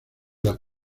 las